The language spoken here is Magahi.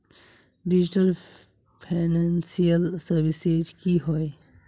डिजिटल फैनांशियल सर्विसेज की होय?